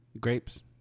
Grapes